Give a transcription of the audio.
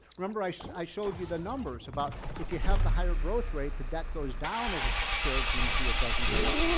remember i so i showed you the numbers about if you have the higher growth rate, the debt goes down as the share of gdp it doesn't go up.